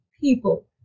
people